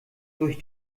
durch